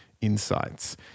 insights